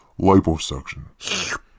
Liposuction